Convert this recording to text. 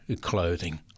clothing